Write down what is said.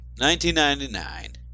1999